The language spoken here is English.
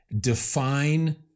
define